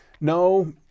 No